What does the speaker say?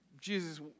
Jesus